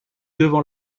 devant